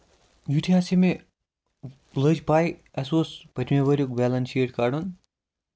یِتھُے حظ یہِ مےٚ لٔج پَے اَسہِ اوس پٔتمہِ ؤریُک بیلَس شیٖٹ کَڈُن